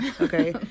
okay